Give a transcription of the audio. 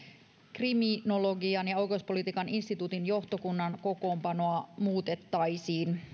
kriminologian ja oikeuspolitiikan instituutin johtokunnan kokoonpanoa muutettaisiin